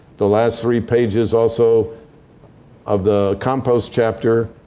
the last three pages also of the compost chapter